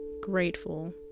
grateful